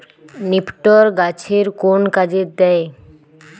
নিপটর গাছের কোন কাজে দেয়?